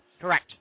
Correct